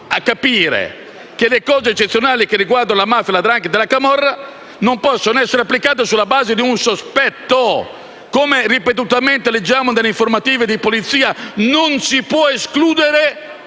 capire che le misure eccezionali che riguardano la mafia, la 'ndrangheta e la camorra non possono essere applicate sulla base di un sospetto? Come ripetutamente leggiamo nelle informative di polizia: non si può escludere